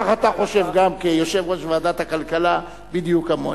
וכך אתה חושב גם כיושב-ראש ועדת הכלכלה בדיוק כמוני.